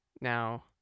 Now